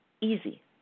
easy